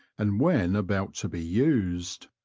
and when about to be used.